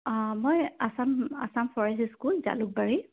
অঁ মই Assam Assam forest school Jalukbari